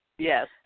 Yes